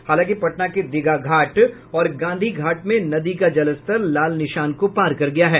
हालांकि पटना के दीघा घाट और गांघी घाट में नदी का जलस्तर लाल निशान को पार कर गया है